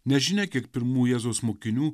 nežinia kiek pirmųjų jėzaus mokinių